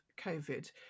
COVID